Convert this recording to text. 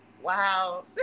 wow